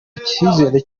icyizere